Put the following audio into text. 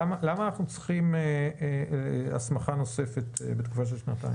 למה אנחנו צריכים הסמכה נוספת בתקופה של שנתיים?